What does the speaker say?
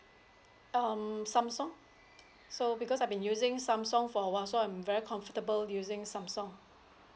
um Samsung so because I've been using Samsung for a while so I'm very comfortable using Samsung